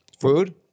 Food